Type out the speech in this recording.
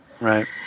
Right